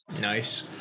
Nice